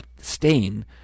stain